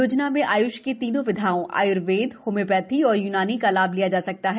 योजना में आय्ष की तीनों विधाओं आय्र्वेद होम्योपैथी और यूनानी का लाभ लिया जा सकता है